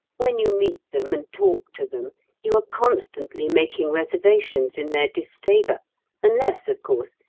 when you meet them and talk to them you are constantly making reservations in their disfavour unless, of course,